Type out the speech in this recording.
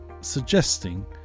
suggesting